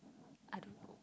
I don't know